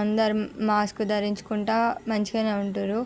అందరూ మాస్క్ ధరించుకుంటూ మంచిగానే ఉంటుర్రు